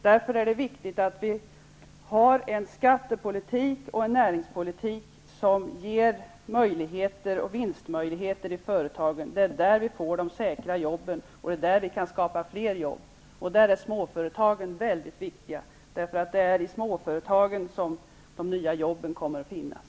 Därför är det viktigt att vi har en skattepolitik och en näringspolitik som ger företagen möjligheter och vinstmöjligheter. Det är där vi får de säkra jobben, och det är där vi kan skapa fler jobb. Därför är småföretagen mycket viktiga -- det är i småföretagen som de nya jobben kommer att finnas.